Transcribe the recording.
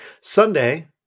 Sunday